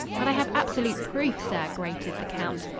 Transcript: but i have absolute proof, sir, grated the count.